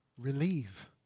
relieve